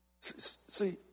See